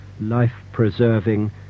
life-preserving